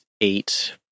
eight